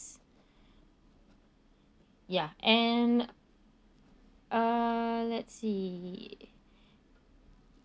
ya and uh let's see